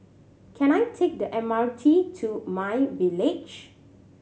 can I take the M R T to MyVillage